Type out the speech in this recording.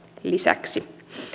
lisäksi